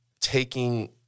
taking